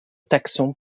taxon